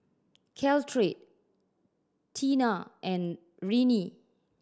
Caltrate Tena and Rene